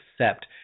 accept